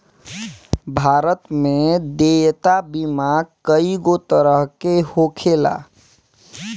भारत में देयता बीमा कइगो तरह के होखेला